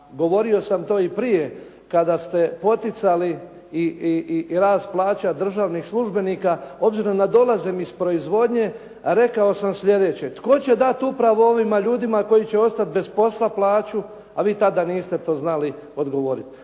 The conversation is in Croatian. govorio sam to i prije kada ste poticali i rast plaća državnih službenika. Obzirom da dolazim iz proizvodnje, rekao sam sljedeće, tko će dati upravo ovim ljudima koji će ostati bez posla plaću, a vi tada to niste znali odgovoriti.